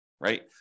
right